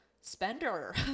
spender